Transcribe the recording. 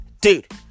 Dude